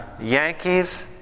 Yankees